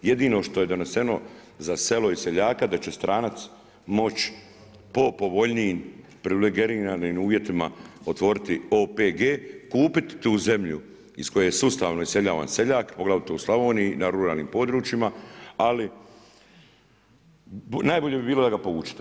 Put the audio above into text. Jedino što je doneseno za selo i seljaka da će stranac moći po povoljnijim privilegiranim uvjetima otvoriti OPG, kupiti tu zemlju iz koje je sustavno iseljavan seljak, poglavito u Slavoniji na ruralnim područjima, ali najbolje bi bilo da povučete.